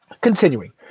Continuing